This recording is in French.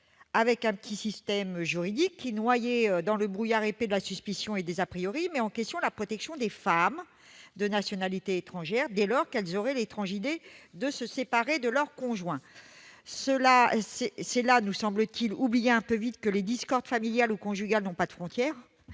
d'un petit système juridique qui, noyé dans le brouillard épais de la suspicion et des, met en cause la protection des femmes de nationalité étrangère dès lors qu'elles auraient l'étrange idée de se séparer de leur conjoint ... C'est là, nous semble-t-il, oublier un peu vite que les discordes familiales ou conjugales n'ont pas de frontières